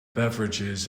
beverages